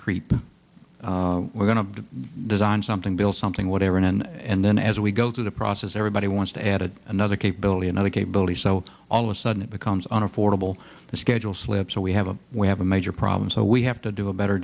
creep we're going to design something build something whatever and then as we go through the process everybody wants to add another capability another capability so all of a sudden it becomes an affordable the schedule slips so we have a we have a major problem so we have to do a better